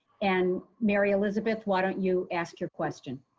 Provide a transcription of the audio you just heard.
and, mary elizabeth, why don't you ask your question?